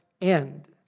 end